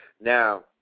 Now